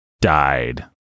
died